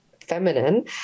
feminine